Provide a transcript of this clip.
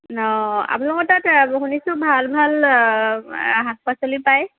অ আপোনালোকৰ তাত শুনিছোঁ ভাল ভাল শাক পাচলি পায়